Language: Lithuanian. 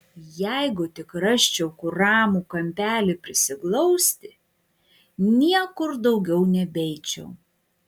jeigu tik rasčiau kur ramų kampelį prisiglausti niekur daugiau nebeeičiau